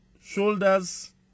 shoulders